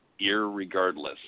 irregardless